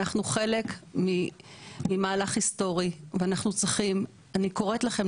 אנחנו חלק ממהלך היסטורי ואני קוראת לכם,